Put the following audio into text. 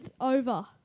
over